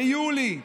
ביולי,